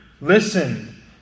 listen